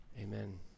Amen